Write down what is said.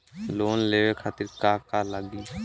Loan लेवे खातीर का का लगी?